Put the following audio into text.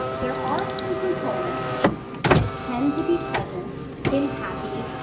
there are some components that tend to be present in happy,